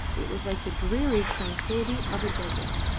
it was like the dreary tranquillity of a desert,